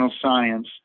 Science